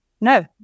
no